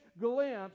glimpse